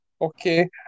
okay